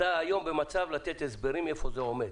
אתה צריך היום לתת הסברים איפה זה עומד.